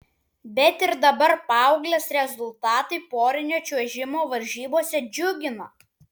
bet ir dabar paauglės rezultatai porinio čiuožimo varžybose džiugina